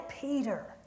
Peter